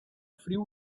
frio